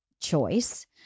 choice